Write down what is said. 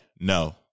no